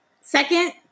Second